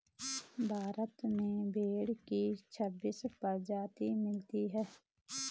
भारत में भेड़ की छब्बीस प्रजाति मिलती है